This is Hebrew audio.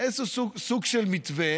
איזה סוג של מתווה